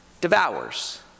devours